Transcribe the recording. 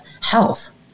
health